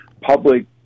public